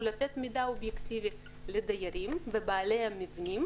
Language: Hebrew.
לתת מידה אובייקטיבית לדיירים ובעלי המבנים,